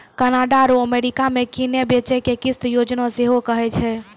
Canada आरु America मे किनै बेचै के किस्त योजना सेहो कहै छै